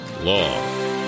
law